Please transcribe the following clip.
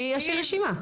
יש לי רשימה.